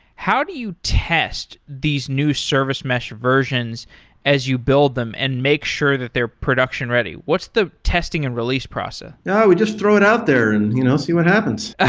how do you test these new service mesh versions as you build them and make sure that they're production ready? what's the testing and release process? yeah we just throw it out there and you know see what happens. ah